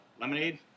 lemonade